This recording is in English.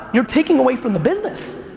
you're taking away from the business.